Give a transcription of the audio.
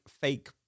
fake